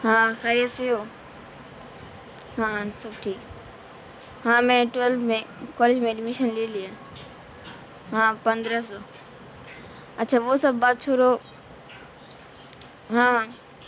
ہاں خریت سے ہوں ہاں سب ٹھیک ہاں میں ٹویلتھ میں کالج میں ایڈمیشن لے لیا ہاں پندرہ سو اچھا وہ سب بات چھوڑو ہاں